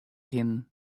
kinnen